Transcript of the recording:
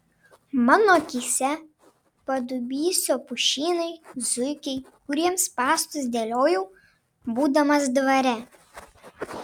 mano akyse padubysio pušynai zuikiai kuriems spąstus dėliojau būdamas dvare